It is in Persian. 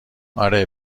آره